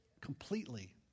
completely